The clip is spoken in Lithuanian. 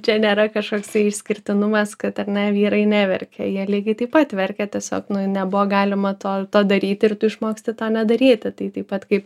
čia nėra kažkoksai išskirtinumas kad ar ne vyrai neverkia jie lygiai taip pat verkia tiesiog nebuvo galima to daryti ir tu išmoksti tą nedaryti tai taip pat kaip